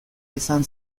izan